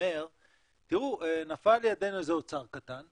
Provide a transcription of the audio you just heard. שאומר שנפל לידינו אוצר קטן,